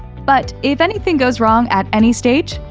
but, if anything goes wrong at any stage,